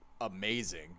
amazing